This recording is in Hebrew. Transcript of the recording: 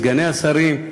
סגני השרים,